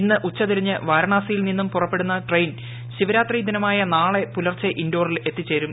ഇന്ന് ഉച്ച തിരിഞ്ഞ് വരാണാസ്മിയിൽ നിന്നും പുറപ്പെടുന്ന ട്രെയിൻ ശിവരാത്രി ദിനമായി നാളെ പുലർച്ചെ ഇൻഡോറിൽ എത്തിച്ചേരും